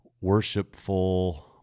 worshipful